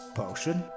potion